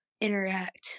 interact